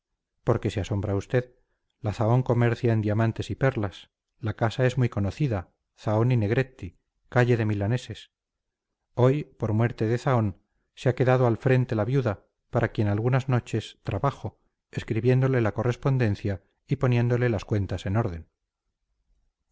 qué se asombra usted la zahón comercia en diamantes y perlas la casa es muy conocida zahón y negretti calle de milaneses hoy por muerte de zahón se ha quedado al frente la viuda para quien algunas noches trabajo escribiéndole la correspondencia y poniéndole las cuentas en orden